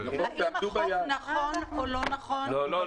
האם החוק נכון או לא נכון נעשה כבר --- לא,